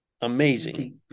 amazing